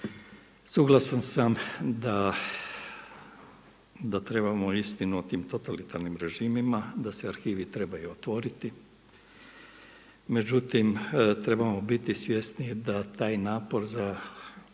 Suglasan sam da trebamo istinu o tim totalitarnim režimima, da se arhivi trebaju otvoriti. Međutim, trebamo biti svjesni da taj napor za